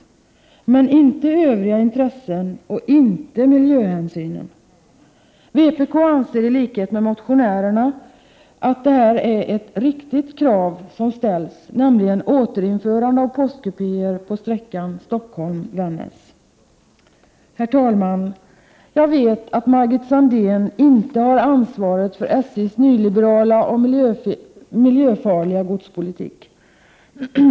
Inte är det övriga intressen och inte miljöhänsynen. Vpk anser i likhet med motionärerna att det är ett riktigt krav som ställs om ett återinförande av postkupéer på sträckan Stockholm-Vännäs. Herr talman! Jag vet att Margit Sandéhn inte har ansvaret för SJ:s nyliberala och miljöfarliga godspolitik.